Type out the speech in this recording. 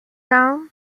dans